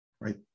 right